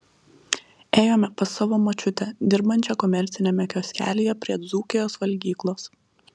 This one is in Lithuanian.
ėjome pas savo močiutę dirbančią komerciniame kioskelyje prie dzūkijos valgyklos